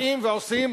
באים ועושים